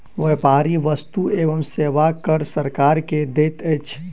व्यापारी वस्तु एवं सेवा कर सरकार के दैत अछि